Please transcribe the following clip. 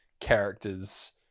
characters